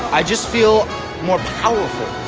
i just feel more powerful!